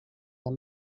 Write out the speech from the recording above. han